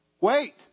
Wait